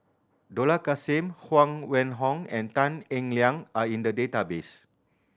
Dollah Kassim Huang Wenhong and Tan Eng Liang are in the database